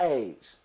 age